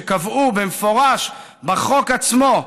שקבעו במפורש בחוק עצמו,